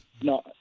No